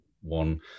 one